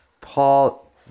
Paul